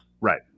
Right